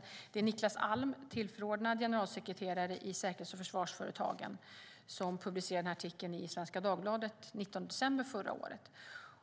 Artikeln är skriven av Niklas Alm, tillförordnad generalsekreterare i Säkerhets och försvarsföretagen, och publicerades i Svenska Dagbladet den 19 december förra året.